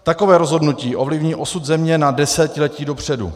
Takové rozhodnutí ovlivní osud země na desetiletí dopředu.